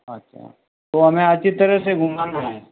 अच्छा तो हमें अच्छी तरह से घूमाना है